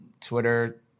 Twitter